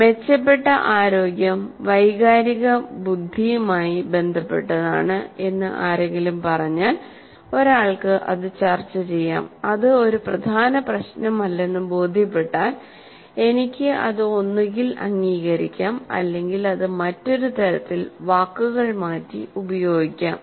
"മെച്ചപ്പെട്ട ആരോഗ്യം വൈകാരിക ബുദ്ധിയുമായി ബന്ധപ്പെട്ടതാണ്" എന്ന് ആരെങ്കിലും പറഞ്ഞാൽ ഒരാൾക്ക് അത് ചർച്ചചെയ്യാം അത് ഒരു പ്രധാന പ്രശ്നമല്ലെന്ന് ബോധ്യപ്പെട്ടാൽ എനിക്ക് അത് ഒന്നുകിൽ അംഗീകരിക്കാം അല്ലെങ്കിൽ അത് മറ്റൊരു തരത്തിൽ വാക്കുകൾ മാറ്റി ഉപയോഗിക്കാം